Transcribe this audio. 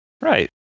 Right